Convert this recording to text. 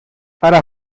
ara